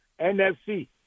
NFC